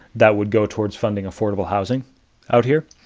that would go towards funding affordable housing out here.